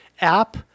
app